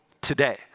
today